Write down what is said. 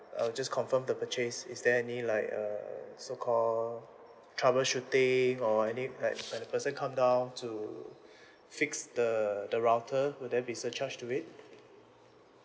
I would just confirm the purchase is there any like err so called troubleshooting or any like like the person come down to fix the the router would there be surcharge to it